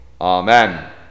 Amen